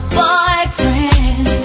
boyfriend